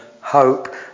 hope